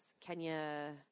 Kenya